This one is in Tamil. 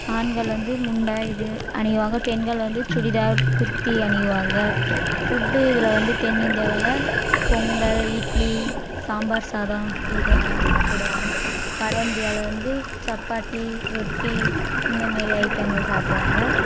ஆண்கள் வந்து முண்டா இது அணிவாங்க பெண்கள் வந்து சுடிதார் குர்த்தி அணிவாங்க ஃபுட்டு இதில் வந்து தென் இந்தியாவில் பொங்கல் இட்லி சாம்பார் சாதம் இது சாப்பிடுவாங்க வட இந்தியாவில் வந்து சப்பாத்தி ரொட்டி இந்த மாரி ஐட்டங்கள் சாப்பிடுவாங்க